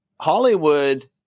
Hollywood